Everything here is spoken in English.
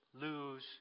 lose